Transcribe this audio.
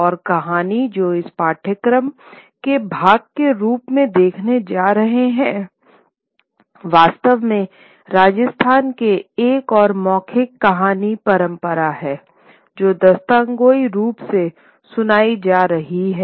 और कहानी जो इस पाठ्यक्रम के भाग के रूप में देखने जा रहे हैं वास्तव में राजस्थान से एक और मौखिक कहानी परंपरा है जो दास्तानगोई प्रारूप में सुनाई जा रही है